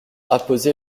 apposé